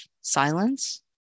silence